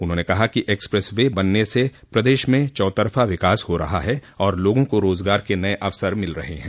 उन्होंने कहा कि एक्सप्रेस वे बनने से प्रदेश में चौतरफा विकास हो रहा है और लोगों को रोजगार के नये अवसर मिल रहे हैं